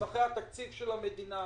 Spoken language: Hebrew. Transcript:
מסמכי התקציב של המדינה,